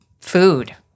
food